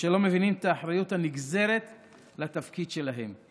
ושלא מבינים את האחריות הנגזרת מהתפקיד שלהם,